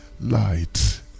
light